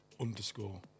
underscore